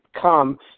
come